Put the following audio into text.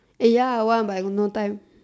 eh ya I want but I got no time